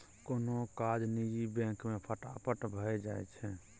कोनो काज निजी बैंक मे फटाफट भए जाइ छै